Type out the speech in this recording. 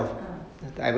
ah